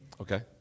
Okay